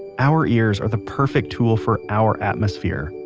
our ears are the perfect tool for our atmosphere,